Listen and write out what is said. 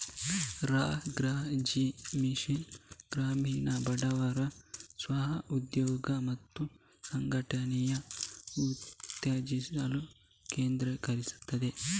ರಾ.ಗ್ರಾ.ಜೀ mission ಗ್ರಾಮೀಣ ಬಡವರ ಸ್ವ ಉದ್ಯೋಗ ಮತ್ತು ಸಂಘಟನೆಯನ್ನು ಉತ್ತೇಜಿಸಲು ಕೇಂದ್ರೀಕರಿಸಿದೆ